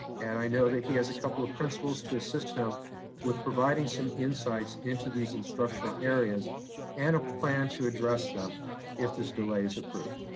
and i know that he has a couple of principals to assist him with providing some insights into these instructional areas and a plan to address them if this delay is approved.